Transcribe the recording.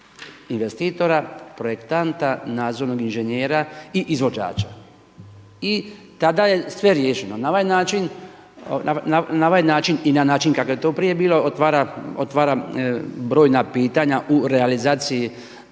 investitora, projektanta, nadzornog inženjera i izvođača. I tada je sve riješeno. Na ovaj način i na način kakav je to prije bilo otvara, otvara brojna pitanja u realizaciji